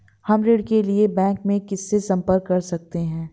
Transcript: हम ऋण के लिए बैंक में किससे संपर्क कर सकते हैं?